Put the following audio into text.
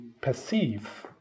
perceive